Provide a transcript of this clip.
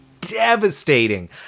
devastating